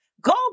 Go